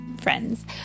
friends